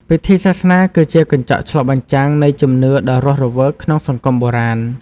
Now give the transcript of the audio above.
ពិធីសាសនា គឺជាកញ្ចក់ឆ្លុះបញ្ចាំងនៃជំនឿដ៏រស់រវើកក្នុងសង្គមបុរាណ។